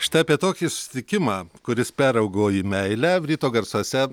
štai apie tokį susitikimą kuris peraugo į meilę ryto garsuose